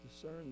discern